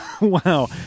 Wow